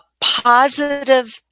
positive